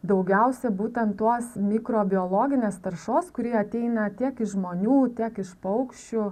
daugiausia būtent tuos mikrobiologinės taršos kuri ateina tiek iš žmonių tiek iš paukščių